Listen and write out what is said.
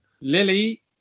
Lily